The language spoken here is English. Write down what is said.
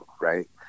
right